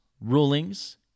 rulings